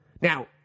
Now